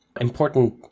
important